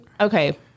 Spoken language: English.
okay